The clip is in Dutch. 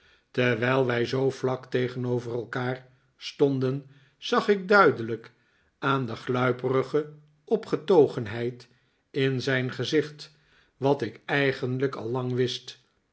terwijl wij zoo vlak tegenover elkaar stonden zag ik duidelijk aan de gluiperige opgetogenheid in zijn gezicht wat ik eigenlijk al lang wist